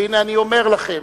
והנה אני אומר לכם: